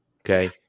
Okay